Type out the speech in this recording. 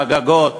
על הגגות